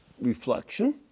reflection